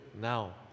now